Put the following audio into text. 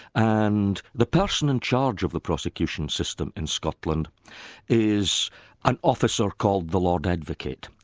and the person in charge of the prosecution system in scotland is an officer called the lord advocate.